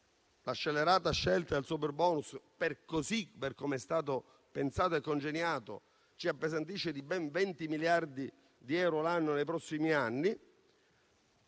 scellerata del superbonus, per come è stato pensato e congegnato, ci appesantisce di ben 20 miliardi di euro l'anno per i prossimi anni.